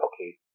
okay